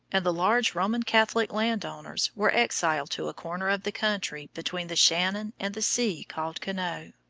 and the large roman catholic landowners were exiled to a corner of the country between the shannon and the sea, called connaught.